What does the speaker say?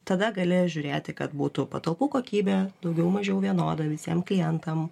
tada galėjo žiūrėti kad būtų patalpų kokybė daugiau mažiau vienoda visiem klientam